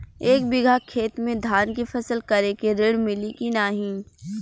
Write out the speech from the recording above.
एक बिघा खेत मे धान के फसल करे के ऋण मिली की नाही?